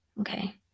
Okay